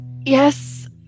Yes